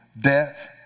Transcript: death